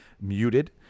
muted